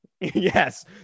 Yes